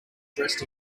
dressed